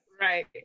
right